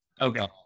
Okay